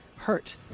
Hurt